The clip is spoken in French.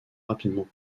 rapidement